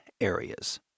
areas